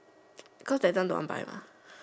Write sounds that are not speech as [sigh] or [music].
[noise] cause that time don't want buy mah